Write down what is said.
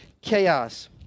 chaos